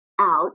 out